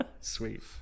Sweet